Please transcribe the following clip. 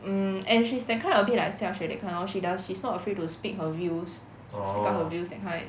um and she's that kind a bit like xia xue that kind lor she does she's not afraid to speak her views speak up her views that kind